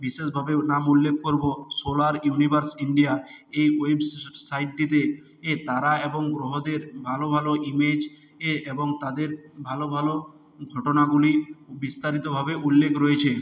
বিশেষভাবে নাম উল্লেখ করবো সোলার ইউনিভার্স ইন্ডিয়া এই ওয়েবসাইটটিতে তারা এবং গ্রহদের ভালো ভালো ইমেজ এ এবং তাদের ভালো ভালো ঘটনাগুলি বিস্তারিতভাবে উল্লেখ রয়েছে